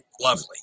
lovely